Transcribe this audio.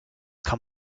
kann